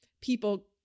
people